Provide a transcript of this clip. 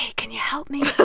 can you help me? but